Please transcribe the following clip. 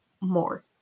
more